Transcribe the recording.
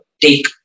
take